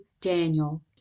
Daniel